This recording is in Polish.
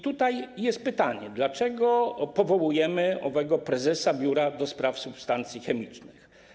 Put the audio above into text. Tutaj jest pytanie: Dlaczego powołujemy owego prezesa Biura do spraw Substancji Chemicznych?